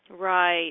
Right